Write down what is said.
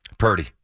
Purdy